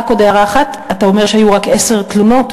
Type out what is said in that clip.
רק עוד הערה אחת: אתה אומר שהיו רק עשר תלונות,